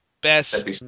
best